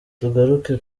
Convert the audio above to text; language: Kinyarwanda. tugaruke